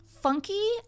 funky